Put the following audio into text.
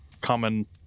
common